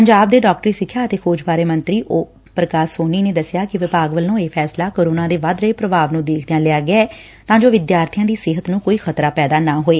ਪੰਜਾਬ ਦੇ ਡਾਕਟਰੀ ਸਿੱਖਿਆ ਅਤੇ ਖੋਜ ਬਾਰੇ ਮੰਤਰੀ ਓਮ ਪ੍ਰਕਾਸ਼ ਸੋਨੀ ਨੇ ਦੱਸਿਆ ਕਿ ਵਿਭਾਗ ਵਲੋ ਇਹ ਫੈਸਲਾ ਕਰੋਨਾ ਦੇ ਵੱਧ ਰਹੇ ਪ੍ਰਭਾਵ ਨੂੰ ਦੇਖਦਿਆਂ ਲਿਆ ਗਿਐ ਤਾਂ ਜੋ ਵਿਦਿਆਰਬੀਆਂ ਦੀ ਸਿਹਤ ਨੂੰ ਕੋਈ ਖ਼ਤਰਾ ਪੈਦਾ ਨਾ ਹੋਵੇ